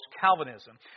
Calvinism